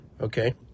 Okay